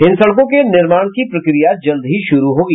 इन सड़कों के निर्माण की प्रक्रिया जल्द ही शुरू होगी